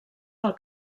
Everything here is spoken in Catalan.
del